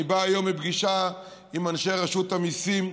אני בא היום מפגישה עם אנשי רשות המיסים.